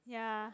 ya